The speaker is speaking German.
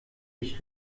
ich